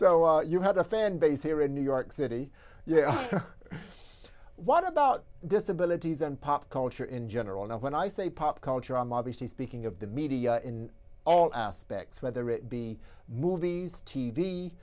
so you have a fan base here in new york city yeah what about disability and pop culture in general and when i say pop culture i'm obviously speaking of the media in all aspects whether it be movies t